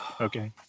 Okay